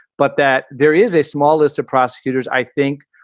but that there is a small list of prosecutors, i think,